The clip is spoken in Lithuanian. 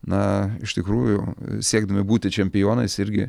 na iš tikrųjų siekdami būti čempionais irgi